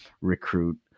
recruit